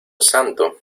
santo